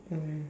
mm